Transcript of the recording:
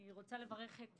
אני רוצה לברך את